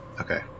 Okay